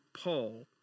Paul